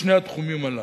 בשני התחומים הללו.